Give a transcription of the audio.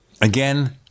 Again